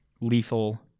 lethal